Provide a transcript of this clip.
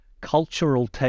cultural